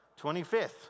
25th